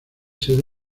sede